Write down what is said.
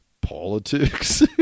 politics